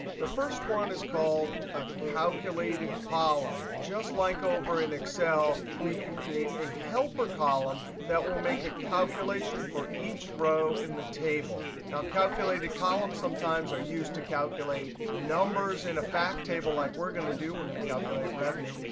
the first one is called a calculated column. just like over in excel, we can create a helper column that will make a calculation for each row in the table. now, calculated columns sometimes are used to calculate numbers in a fact table, like we're going to do. we're going to calculate revenue.